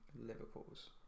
liverpool's